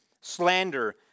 slander